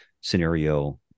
scenario